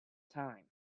time